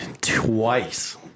twice